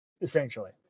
essentially